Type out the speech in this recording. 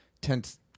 tense